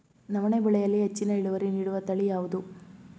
ನವಣೆ ಬೆಳೆಯಲ್ಲಿ ಹೆಚ್ಚಿನ ಇಳುವರಿ ನೀಡುವ ತಳಿ ಯಾವುದು?